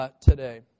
Today